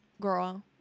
Girl